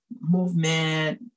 movement